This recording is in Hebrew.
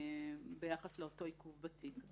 ביחס לאותו עיכוב בתיק.